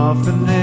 Often